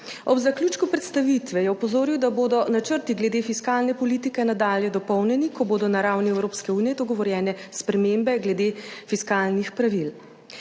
Ob zaključku predstavitve je opozoril, da bodo načrti glede fiskalne politike nadalje dopolnjeni, ko bodo na ravni Evropske unije dogovorjene spremembe glede fiskalnih pravil.